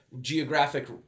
geographic